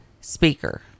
speaker